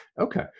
Okay